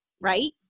right